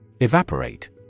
Evaporate